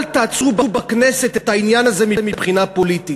אל תעצרו בכנסת את העניין הזה מבחינה פוליטית.